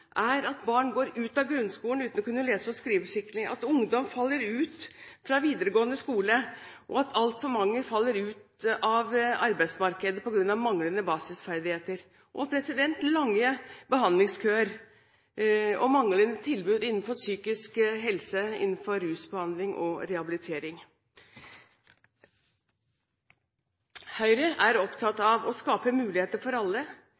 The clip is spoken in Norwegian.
er at barn går ut av grunnskolen uten å kunne lese og skrive skikkelig, at ungdom faller ut fra videregående skole, at altfor mange faller ut av arbeidsmarkedet på grunn av manglende basisferdigheter, og at det er lange behandlingskøer og manglende tilbud innenfor psykisk helse, rusbehandling og rehabilitering. Høyre er opptatt av å skape muligheter for alle.